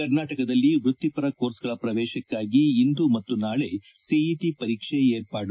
ಕರ್ನಾಟಕದಲ್ಲಿ ವ್ಯತ್ತಿಪರ ಕೋರ್ಸ್ಗಳ ಪ್ರವೇಶಕ್ನಾಗಿ ಇಂದು ಮತ್ತು ನಾಳೆ ಸಿಇಟಿ ಪರೀಕ್ಷೆ ಏರ್ಪಾಡು